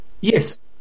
Yes